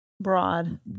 broad